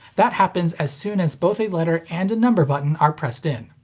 that happens as soon as both a letter and a number button are pressed in.